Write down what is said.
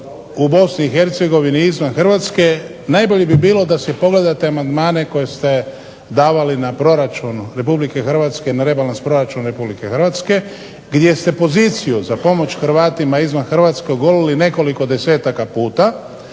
u BiH i izvan Hrvatske najbolje bi bilo da si pogledate amandmane koje ste davali na proračun RH na rebalans proračun RH gdje ste poziciju za pomoć Hrvatima izvan Hrvatske ogolili nekoliko desetaka puta